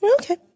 Okay